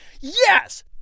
yes